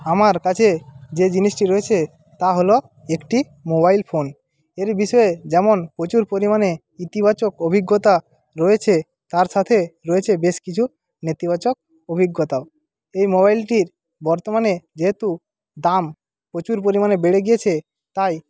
আমার কাছে যে জিনিসটি রয়েছে তা হলো একটি মোবাইল ফোন এর বিষয়ে যেমন প্রচুর পরিমাণে ইতিবাচক অভিজ্ঞতা রয়েছে তার সাথে রয়েছে বেশ কিছু নেতিবাচক অভিজ্ঞতাও এই মোবাইলটির বর্তমানে যেহেতু দাম প্রচুর পরিমাণে বেড়ে গেছে তাই